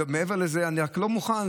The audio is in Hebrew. מעבר לזה, אני רק לא מוכן,